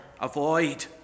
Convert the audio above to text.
avoid